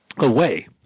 away